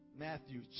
Matthew